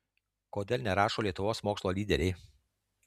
kodėl nerašo lietuvos mokslo lyderiai